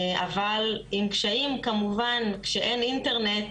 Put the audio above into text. אבל עם קשיים כמובן שאין אינטרנט